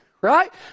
right